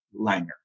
Langer